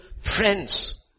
friends